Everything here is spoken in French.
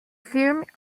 films